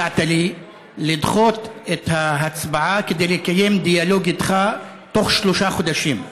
הצעת לי לדחות את ההצבעה כדי לקיים דיאלוג איתך תוך שלושה חודשים.